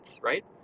right